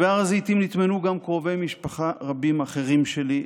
בהר הזיתים נטמנו גם קרובי משפחה רבים אחרים שלי,